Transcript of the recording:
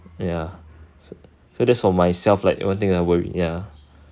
ya so that's for myself like one thing I'm worried ya